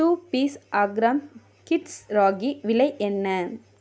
two piece அஹ்ரம் kids ragi விலை என்ன